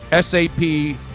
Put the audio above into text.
SAP